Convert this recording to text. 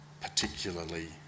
particularly